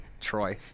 Troy